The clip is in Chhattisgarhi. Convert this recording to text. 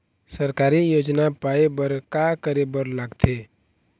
सरकारी योजना पाए बर का करे बर लागथे?